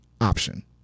option